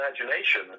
imagination